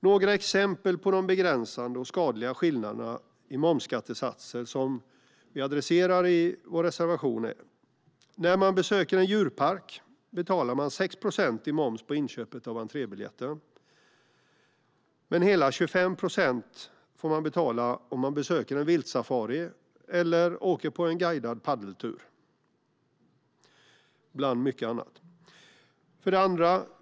Några exempel på de begränsande och skadliga skillnader i momsskattesatser som vi adresserar i vår reservation är: När man besöker en djurpark betalar man 6 procent i moms på inköpet av entrébiljetten, men man får betala hela 25 procents moms om man besöker en viltsafari eller åker på en guidad paddeltur.